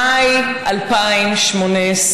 מאי 2018: